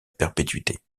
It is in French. perpétuité